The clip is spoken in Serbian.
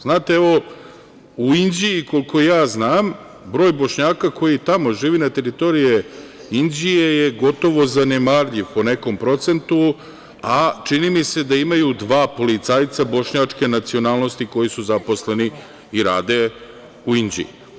Znate, evo u Inđiji, koliko ja znam, broj Bošnjaka koji živi na teritoriji Inđije je gotovo zanemarljiv po nekom procentu, a čini mi se da imaju dva policajca bošnjačke nacionalnosti koji su zaposleni i rade u Inđiji.